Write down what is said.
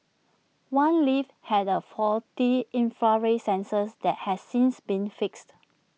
one lift had A faulty infrared sensors that has since been fixed